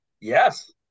yes